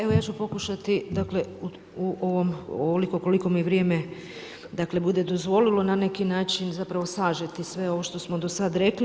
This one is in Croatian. Evo, ja ću pokušati, dakle, u ovom ovoliko koliko mi vrijeme bude dozvolilo, na neki način, zapravo sažeti sve ovo što smo do sada rekli.